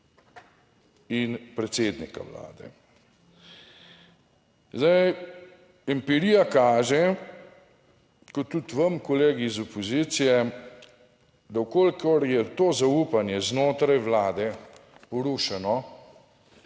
in predsednika Vlade. Zdaj, empirija kaže, kot tudi vam kolegi iz opozicije, da v kolikor je to zaupanje, znotraj vlade porušeno,